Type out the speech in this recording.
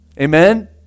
amen